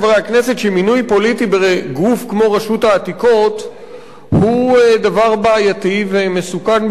שמינוי פוליטי בגוף כמו רשות העתיקות הוא דבר בעייתי ומסוכן במיוחד,